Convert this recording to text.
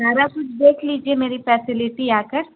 سارا کچھ دیکھ لیجیے میری فیسلٹی آ کر